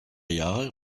jahre